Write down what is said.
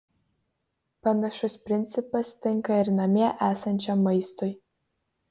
panašus principas tinka ir namie esančiam maistui